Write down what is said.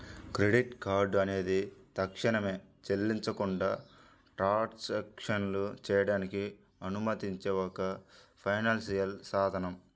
credit card అనేది తక్షణమే చెల్లించకుండా ట్రాన్సాక్షన్లు చేయడానికి అనుమతించే ఒక ఫైనాన్షియల్ సాధనం